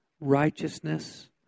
Righteousness